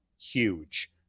huge